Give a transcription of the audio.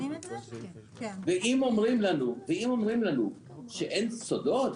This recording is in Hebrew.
ואם אומרים לנו שאין סודות,